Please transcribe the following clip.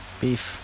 beef